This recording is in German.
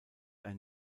ein